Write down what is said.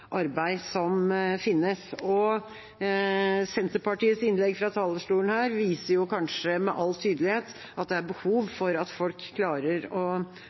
arbeid som finnes». Senterpartiets innlegg fra talerstolen her viser kanskje med all tydelighet at det er behov for at folk klarer å